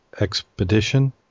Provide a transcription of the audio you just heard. expedition